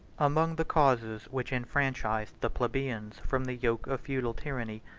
among the causes which enfranchised the plebeians from the yoke of feudal tyranny,